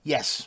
Yes